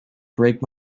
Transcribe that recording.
break